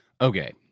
Okay